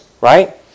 right